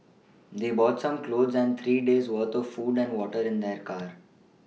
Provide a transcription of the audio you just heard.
they brought some clothes and three days' worth of food and water in their car